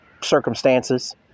circumstances